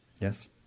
Yes